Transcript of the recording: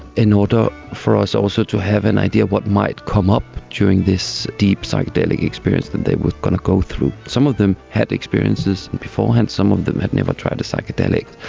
in order for us also to have an idea what might come up during this deep psychedelic experience that they were going to go through. some of them had experiences and beforehand, some of them had never tried a psychedelic.